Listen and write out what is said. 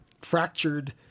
fractured